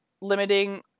limiting